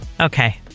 Okay